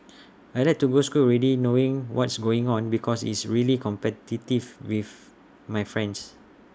I Like to go school already knowing what's going on because it's really competitive with my friends